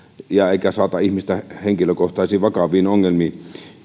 eikä saata ihmistä henkilökohtaisiin vakaviin ongelmiin